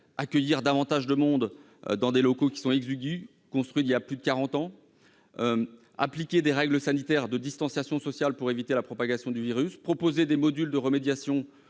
accueillir davantage de monde dans des locaux exigus construits il y a plus de quarante ans ; appliquer des règles sanitaires de distanciation sociale pour éviter la propagation du virus ; proposer des modules de remédiation